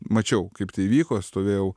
mačiau kaip tai įvyko stovėjau